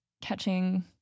catching